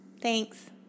Thanks